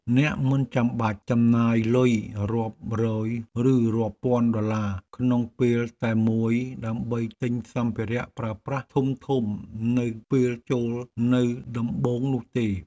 អ្នកមិនចាំបាច់ចំណាយលុយរាប់រយឬរាប់ពាន់ដុល្លារក្នុងពេលតែមួយដើម្បីទិញសម្ភារៈប្រើប្រាស់ធំៗនៅពេលចូលនៅដំបូងនោះទេ។